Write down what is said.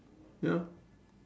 ya